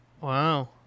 Wow